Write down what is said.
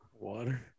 water